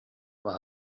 maith